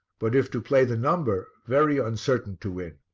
but if to play the number, very uncertain to win.